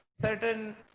certain